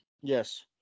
Yes